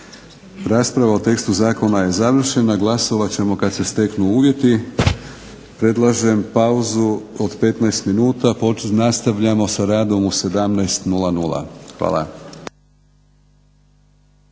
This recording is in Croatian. Rasprava o tekstu Zakona je završena, glasovat ćemo kada se steknu uvjeti. Predlažem pauzu od 15 minuta nastavljamo sa radom u 17 sati.